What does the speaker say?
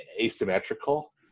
asymmetrical